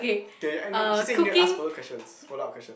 okay your she say it never ask follow questions follow up question